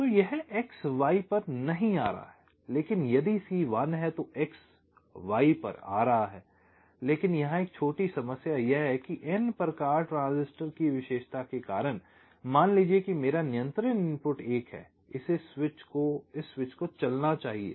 तो यह X Y पर नहीं आ रहा है लेकिन यदि C 1 है तो X Y पर आ रहा है लेकिन यहां एक छोटी समस्या यह है कि n प्रकार ट्रांजिस्टर की विशेषता के कारण मान लीजिए कि मेरा नियंत्रण इनपुट 1 है इस स्विच को चलना चाहिए